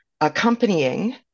accompanying